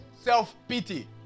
self-pity